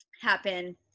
happen